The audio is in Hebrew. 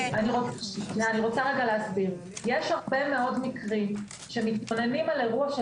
יש הרבה מאוד מקרים שמתלוננים על אירוע של